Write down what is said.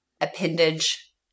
appendage